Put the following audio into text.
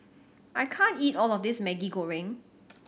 I can't eat all of this Maggi Goreng